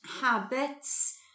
habits